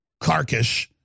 carcass